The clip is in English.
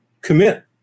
commit